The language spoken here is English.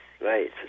Right